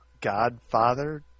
Godfather